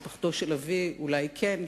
משפחתו של אבי אולי כן,